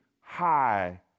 high